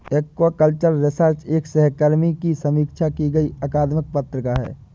aquaculture research एक सहकर्मी की समीक्षा की गई अकादमिक पत्रिका है